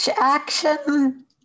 action